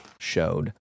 showed